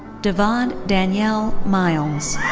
divad danielle miles.